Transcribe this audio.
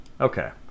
okay